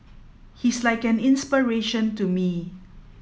he's like an inspiration to me